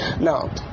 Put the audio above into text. Now